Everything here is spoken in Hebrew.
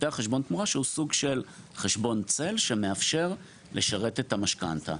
שהוא סוג של "חשבון צל" שמאפשר לשרת את המשכנתא.